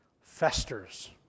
festers